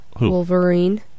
Wolverine